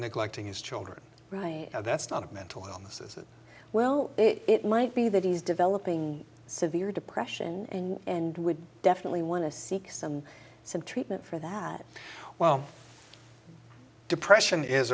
neglecting his children right now that's not a mental illness as well it might be that he's developing severe depression and would definitely want to seek some some treatment for that well depression is